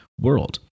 world